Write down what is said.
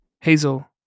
Hazel